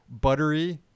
buttery